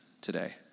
today